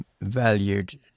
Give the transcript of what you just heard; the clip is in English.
valued